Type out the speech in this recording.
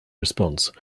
response